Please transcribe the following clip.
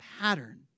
pattern